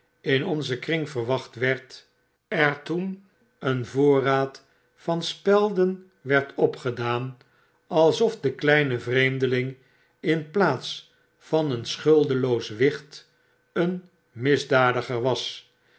in onzen kring verwacht werd er toen een voorraad van spelden werd opgedaan alsof de kleine vreemdeling in plaats van een schuldeloos wicht een misdadiger was